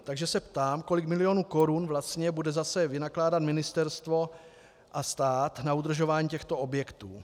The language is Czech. Takže se ptám, kolik milionů korun vlastně bude zase vynakládat ministerstvo a stát na udržování těchto objektů.